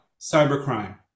cybercrime